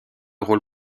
rôle